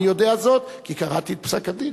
אני יודע זאת כי קראתי את פסק-הדין.